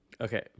Okay